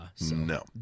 No